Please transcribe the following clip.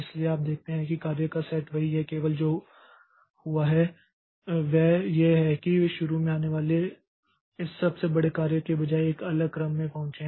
इसलिए आप देखते हैं कि कार्य का सेट वही है केवल जो हुआ है वह यह है कि वे शुरू में आने वाले इस सबसे बड़े कार्य के बजाय एक अलग क्रम में पहुंचे हैं